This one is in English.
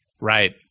Right